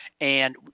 and-